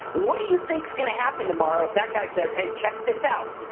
what do you think's gonna happen tomorrow if that guy says, hey, check this out,